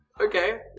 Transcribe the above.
Okay